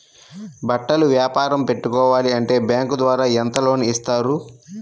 బట్టలు వ్యాపారం పెట్టుకోవాలి అంటే బ్యాంకు ద్వారా ఎంత లోన్ ఇస్తారు?